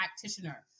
practitioner